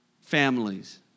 families